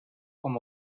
com